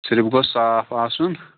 صِرف گوٚژھ صاف آسُن